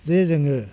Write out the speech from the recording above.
जे जोङो